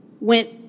went